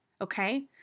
okay